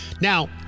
Now